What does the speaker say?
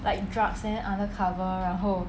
like drugs and then undercover 然后